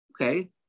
okay